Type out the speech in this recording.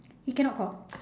he cannot call